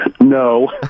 No